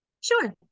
Sure